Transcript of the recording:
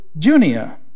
Junia